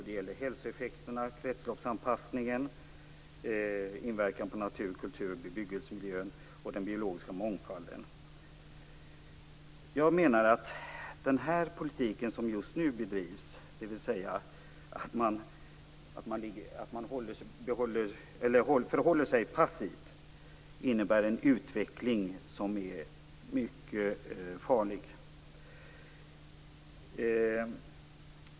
Det gäller hälsoeffekterna, kretsloppsanpassningen, inverkan på natur, kultur och bebyggelsemiljön och den biologiska mångfalden. Jag menar att den politik som just nu bedrivs, dvs. att man förhåller sig passiv, innebär en mycket farlig utveckling.